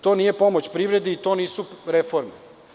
To nije pomoć privredi i to nisu reforme.